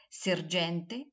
sergente